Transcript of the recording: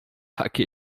takie